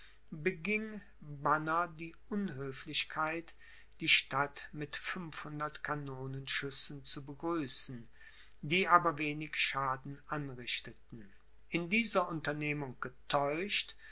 beging banner die unhöflichkeit die stadt mit fünfhundert kanonenschüssen zu begrüßen die aber wenig schaden anrichteten in dieser unternehmung getäuscht